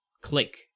click